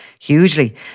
hugely